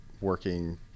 working